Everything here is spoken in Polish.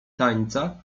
tańca